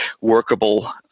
workable